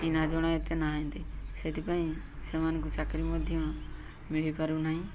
ଚିହ୍ନା ଜଣା ଏତେ ନାହାନ୍ତି ସେଥିପାଇଁ ସେମାନଙ୍କୁ ଚାକିରି ମଧ୍ୟ ମିଳିପାରୁନାହିଁ